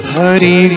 Hari